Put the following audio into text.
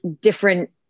different